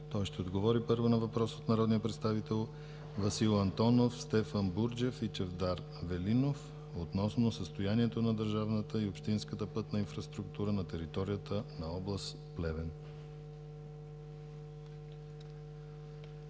Той ще отговори първо на въпрос от народния представител Васил Антонов, Стефан Бурджев и Чавдар Велинов относно състоянието на държавната и общинската пътна инфраструктура на територията на област Плевен. ЧАВДАР